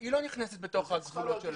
והיא לא נכנסת בתוך הגבולות.